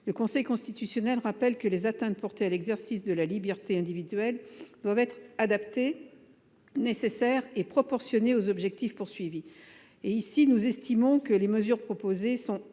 le Conseil constitutionnel a rappelé que les atteintes portées à l’exercice de la liberté individuelle « doivent être adaptées, nécessaires et proportionnées aux objectifs poursuivis ». Pour notre part, nous estimons que les mesures proposées dans le